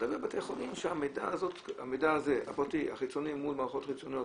בבתי חולים המידע הזה הפרטי והחיצוני מול מערכות חיצוניות,